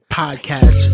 podcast